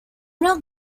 not